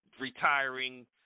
retiring